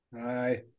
Hi